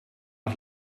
het